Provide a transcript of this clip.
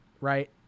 Right